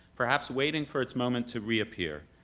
perhaps waiting for its moment to reappear,